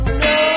no